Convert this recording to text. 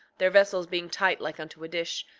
their vessels being tight like unto a dish,